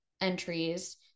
entries